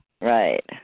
Right